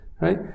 Right